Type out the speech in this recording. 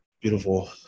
beautiful